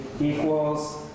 equals